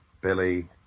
Billy